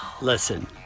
listen